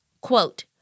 Quote